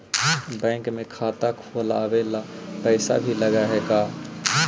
Bank में खाता खोलाबे ल पैसा भी लग है का?